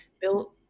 built